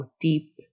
deep